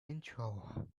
intro